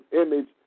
image